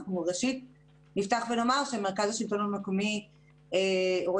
אנחנו נפתח ונאמר שמרכז השלטון המקומי רואה